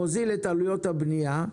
מוזיל את עלויות הבניה,